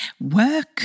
work